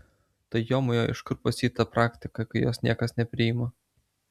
tai jomajo iš kur pas jį ta praktika kai jos niekas nepriima